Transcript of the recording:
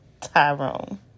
Tyrone